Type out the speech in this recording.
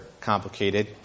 complicated